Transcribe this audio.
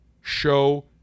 show